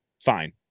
Fine